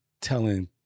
telling